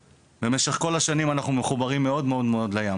במשך כל השנים אנחנו מחוברים מאוד לים.